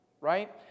Right